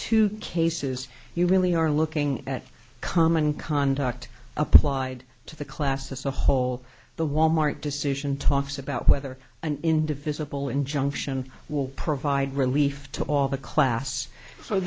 two cases you really are looking at common conduct applied to the class as a whole the walmart decision talks about whether an indivisible injunction will provide relief to all the class so